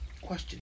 Question